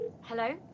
Hello